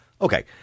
Okay